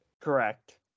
Correct